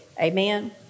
Amen